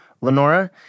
Lenora